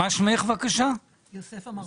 לגבי אישור ניהול תקין,